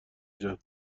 جان